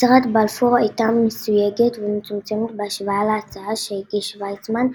הצהרת בלפור הייתה מסויגת ומצומצמת בהשוואה להצעה שהגיש ויצמן,